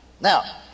Now